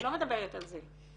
לא מדברת על זה.